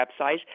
website